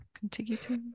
Contiguity